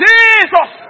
Jesus